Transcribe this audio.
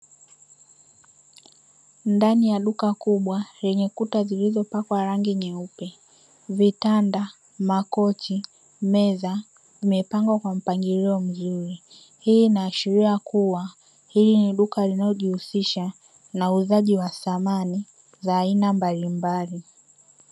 Ndani ya duka kubwa lenye kuta zilizopakwa rangi nyeupe, vitanda, makochi, meza; vimepangwa kwa mpangilio mzuri. Hii inaashiria kuwa hii ni duka linalojihusisha na uuzaji wa samani za aina mbalimbali.